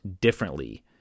differently